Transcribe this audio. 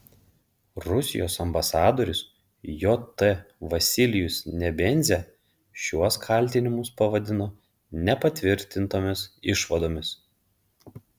rusijos ambasadorius jt vasilijus nebenzia šiuos kaltinimus pavadino nepatvirtintomis išvadomis